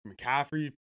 McCaffrey